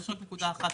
יש עוד נקודה אחת.